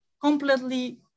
completely